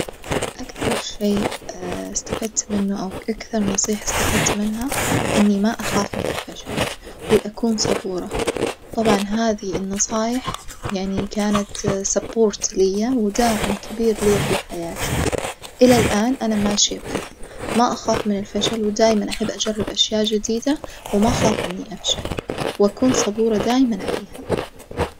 أكثر شي استفدت منه أو أكثر نصيحة استفدت منها إني ما أخاف من الفشل، وأكون صبورة، طبعًا هذي النصايح يعني كانت support ليا وداعم كبير ليا في حياتي، إلى الآن أنا ماشية بيها ما أخاف من الفشل ودايمًا أحب أجرب أشياء جديدة وما أخاف إني أفشل، وأكون صبورة دايمًا عليها.